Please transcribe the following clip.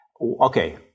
okay